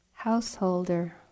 Householder